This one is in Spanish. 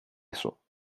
eso